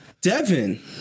Devin